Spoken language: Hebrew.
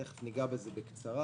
ותיכף ניגע בזה בקצרה